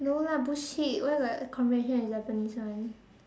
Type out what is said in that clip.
no lah bullshit where got convention in Tampines [one]